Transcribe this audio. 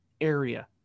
area